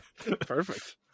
Perfect